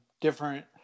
different